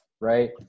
right